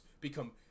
become